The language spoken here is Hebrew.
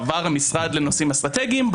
בעבר המשרד לנושאים אסטרטגיים,